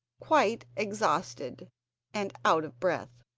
quite exhausted and out of breath.